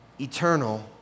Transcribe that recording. eternal